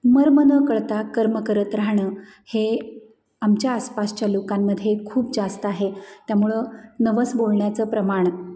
मर्म न कळता कर्म करत राहणं हे आमच्या आसपासच्या लोकांमध्ये खूप जास्त आहे त्यामुळं नवस बोलण्याचं प्रमाण